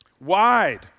wide